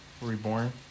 reborn